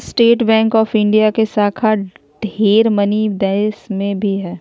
state Bank of India के शाखा ढेर मनी देश मे भी हय